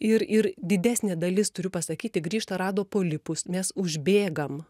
ir ir didesnė dalis turiu pasakyti grįžta rado polipus mes užbėgam